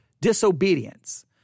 disobedience